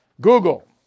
Google